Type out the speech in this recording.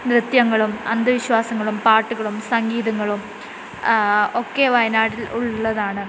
നൃത്ത്യങ്ങളും അന്ധവിശ്വാസങ്ങളും പാട്ടുകളും സംഗീതങ്ങളും ഒക്കെ വായനാട്ടിൽ ഉള്ളതാണ്